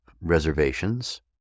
reservations